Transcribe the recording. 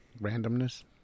Randomness